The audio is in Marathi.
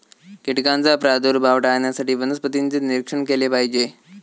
कीटकांचा प्रादुर्भाव टाळण्यासाठी वनस्पतींचे निरीक्षण केले पाहिजे